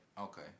Okay